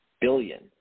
billion